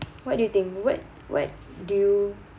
what do you think what what do you